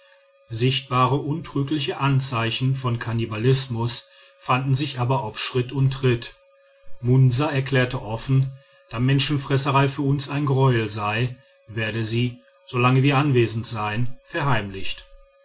sichtbare untrügliche anzeichen von kannibalismus fanden sich aber auf schritt und tritt munsa erklärte offen da menschenfresserei für uns ein greuel sei werde sie solange wir anwesend seien verheimlicht